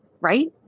Right